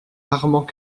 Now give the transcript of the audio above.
armand